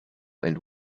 and